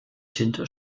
tinte